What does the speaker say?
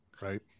Right